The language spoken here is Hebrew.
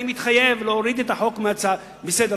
אני מתחייב להוריד את החוק מסדר-היום.